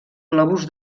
globus